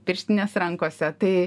pirštinės rankose tai